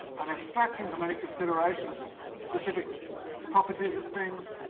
i'm abstracting from any consideration of this specific properties of things.